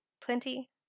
Plenty